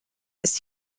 ist